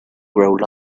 grow